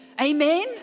Amen